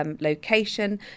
location